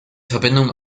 verbindung